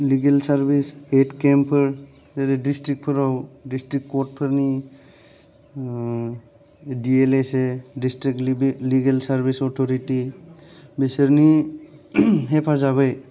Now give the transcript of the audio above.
legal service एइद केम्पफोर जेरै डिस्ट्रिक्टफोराव डिस्ट्रिक्ट कर्टफोरनि D L S A district legal service authority बेफोरनि हेफाजाबै